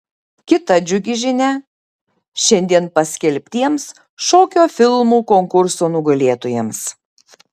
kita džiugi žinia šiandien paskelbtiems šokio filmų konkurso nugalėtojams